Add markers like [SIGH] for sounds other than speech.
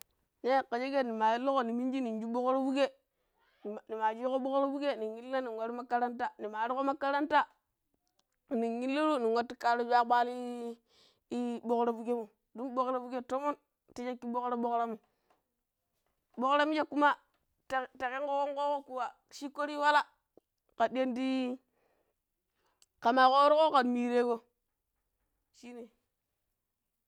﻿nee ka cheget nima illu kho ni mingii nin chju bokara fukgee [NOISE] nimaa schiikgo boara fukgee illi na nin wa ruu makaranta ni maa warkho makaranta nin illiru nin wattu chju ya kpaali ii ɓokgra fukgeimo dun ɓokgra fukgee tomon, ta schakki bokgra bokgra, mo bokgra michje kuma ta ta khen kho khon khoo kho kuwa schikko ta yu wala khaddiyan dii ii khan maa kgoorikga kham miiree kgo [UNINTELLIGIBLE]